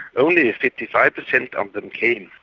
only fifty five percent of them came.